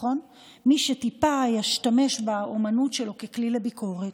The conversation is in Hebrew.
מי שטיפה ישתמש באומנות שלו ככלי לביקורת,